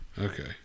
Okay